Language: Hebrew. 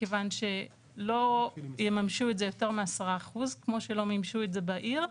מכיוון שלא יממשו את זה יותר מ-10% כמו שלא מימשו את זה בעיר.